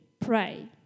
pray